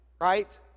right